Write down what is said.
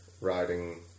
riding